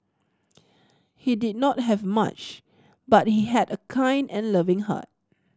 he did not have much but he had a kind and loving heart